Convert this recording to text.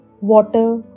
water